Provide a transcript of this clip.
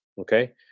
Okay